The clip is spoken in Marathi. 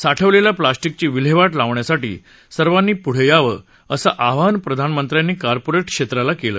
साठवलेल्या प्लास्टिकची विल्हेवाट लावण्यासाठी सर्वांनी पुढे यावं असं आवाहन प्रधानमंत्र्यांनी कॉर्पोरेट क्षेत्राला यावेळी केलं